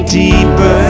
deeper